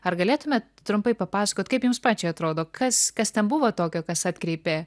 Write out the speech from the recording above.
ar galėtumėt trumpai papasakot kaip jums pačiai atrodo kas kas ten buvo tokio kas atkreipė